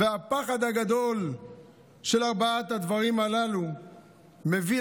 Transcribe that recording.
והפחד הגדול של ארבעת הדברים הללו מביא